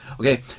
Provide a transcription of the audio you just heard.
Okay